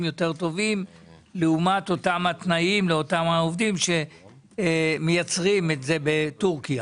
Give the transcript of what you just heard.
טובים יותר לעומת אותם התנאים לאותם העובדים שמייצרים את זה בטורקיה.